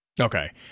Okay